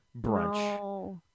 brunch